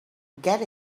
get